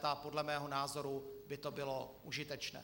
A podle mého názoru by to bylo užitečné.